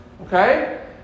okay